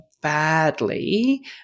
badly